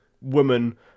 woman